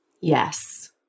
Yes